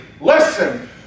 Listen